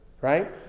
Right